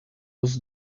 was